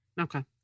Okay